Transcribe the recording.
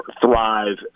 thrive